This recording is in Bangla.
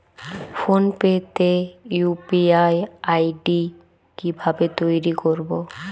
ফোন পে তে ইউ.পি.আই আই.ডি কি ভাবে তৈরি করবো?